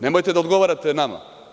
Nemojte da odgovarate nama.